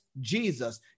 Jesus